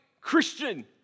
Christian